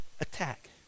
attack